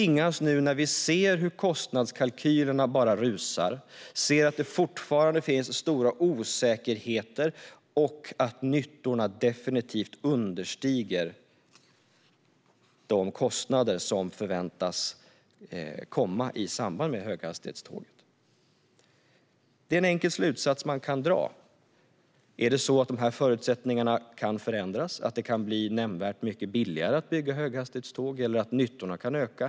Nu ser vi hur kostnadskalkylerna bara rusar, att det fortfarande finns stora osäkerheter och att nyttorna definitivt understiger de kostnader som förväntas i samband med höghastighetståg. Då tvingas man dra en enkel slutsats. Är det så att dessa förutsättningar kan förändras och det kan bli nämnvärt billigare med höghastighetståg, eller att nyttorna kan öka?